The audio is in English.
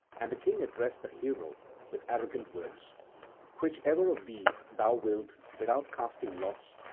and the king addressed the hero with arrogant words whichever of these thou wilt, without casting lots,